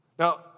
Now